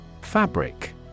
Fabric